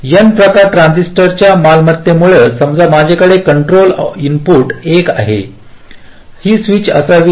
N प्रकार ट्रान्झिस्टरच्या मालमत्तेमुळे समजा माझ्याकडे कंट्रोल इनपुट 1 आहे ही स्विच असावी